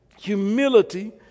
humility